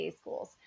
schools